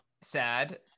sad